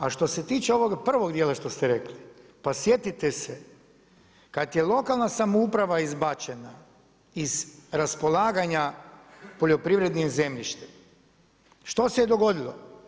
A što se tiče ovoga prvog dijela što ste rekli, pa sjetite se kada je lokalna samouprava izbačena iz raspolaganja poljoprivrednim zemljištem, što se je dogodilo?